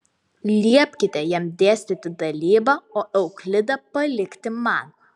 liepkite jam dėstyti dalybą o euklidą palikti man